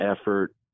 effort